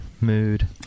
mood